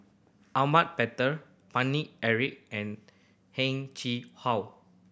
Ahmad Mattar Paine Eric and Heng Chee How